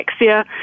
anorexia